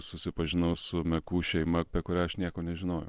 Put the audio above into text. susipažinau su mekų šeima apie kurią aš nieko nežinojau